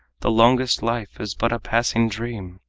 the longest life is but a passing dream,